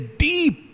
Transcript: deep